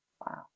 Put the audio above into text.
Wow